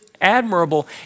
admirable